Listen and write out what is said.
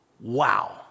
Wow